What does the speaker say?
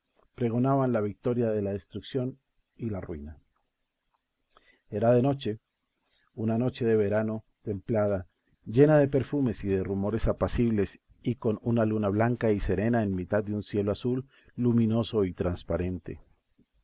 pregonaban la victoria de la destrucción y la ruina era de noche una noche de verano templada llena de perfumes y de rumores apacibles y con una luna blanca y serena en mitad de un cielo azul luminoso y transparente